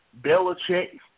Belichick